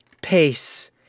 pace